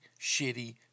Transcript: shitty